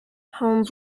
home